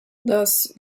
thus